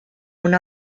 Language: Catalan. una